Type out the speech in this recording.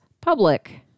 public